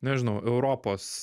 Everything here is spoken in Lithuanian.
nežinau europos